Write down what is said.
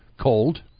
cold